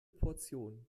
portion